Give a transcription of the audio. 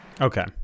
okay